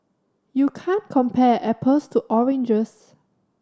you can't compare apples to oranges